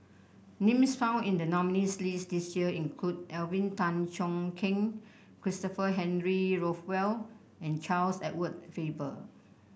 names found in the nominees' list this year include Alvin Tan Cheong Kheng Christopher Henry Rothwell and Charles Edward Faber